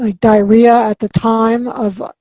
ah diarrhea at the time of